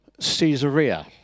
Caesarea